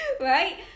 right